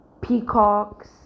peacocks